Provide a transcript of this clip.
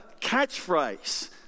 catchphrase